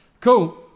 Cool